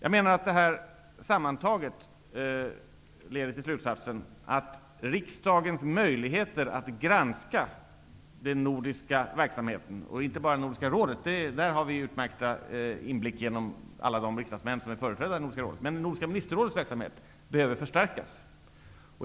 Jag menar att det här sammantaget leder till slutsatsen att riksdagens möjligheter att granska den nordiska verksamheten behöver förstärkas. Jag avser nu inte Nordiska rådet, för där har vi utmärkt inblick genom alla de riksdagsmän som representerar Sverige, utan riksdagens möjligheter att granska Nordiska ministerrådet.